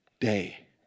day